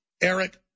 Eric